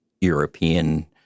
European